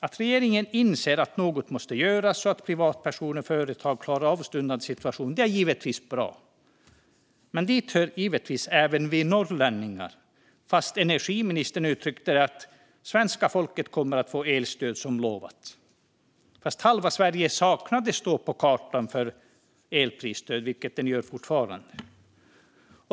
Att regeringen inser att något måste göras så att privatpersoner och företag klarar av stundande situation är givetvis bra. Men dit hör ju även vi norrlänningar. Energiministern uttryckte det som att svenska folket kommer att få elprisstöd som utlovat, trots att halva Sverige saknades - och fortfarande saknas - på kartan för elprisstöd.